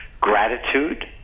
gratitude